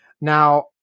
Now